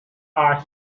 are